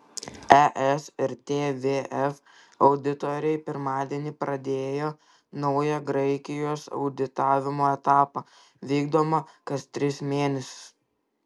es ir tvf auditoriai pirmadienį pradėjo naują graikijos auditavimo etapą vykdomą kas tris mėnesius